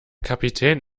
kapitän